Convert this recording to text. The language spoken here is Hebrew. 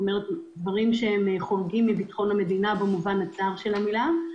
כלומר דברים שחורגים מביטחון המדינה במובן הצר של המילה,